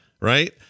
right